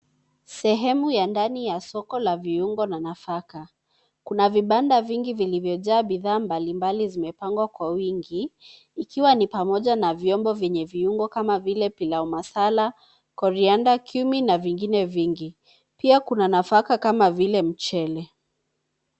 Sehemu ya ndani ya soko la viungo na nafaka. Kuna vibanda vingi vilivyojaa bidhaa mbalimbali zimepangwa kwa wingi ikiwa ni pamoja na vyombo vyenye viungo kama vile pilau masala, coriander , cumin na vingine vingi. Pia kuna nafaka kama vile mchele.